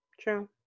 True